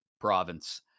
province